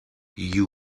you